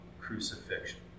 crucifixion